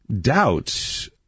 doubt